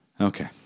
Okay